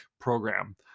program